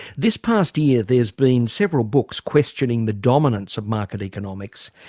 this past year there's been several books questioning the dominance of market economics,